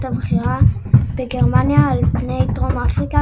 הבחירה בגרמניה על פני דרום אפריקה